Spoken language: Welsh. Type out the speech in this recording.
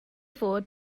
fod